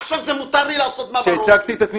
עכשיו מותר לי לעשות מה --- כשהצגתי את עצמי